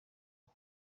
aba